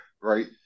Right